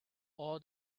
all